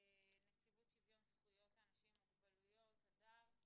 נציבות שוויון זכויות לאנשים עם מוגבלויות, הדס.